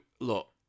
look